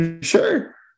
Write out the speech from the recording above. sure